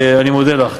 אני מודה לך,